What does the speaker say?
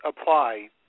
apply